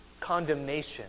condemnation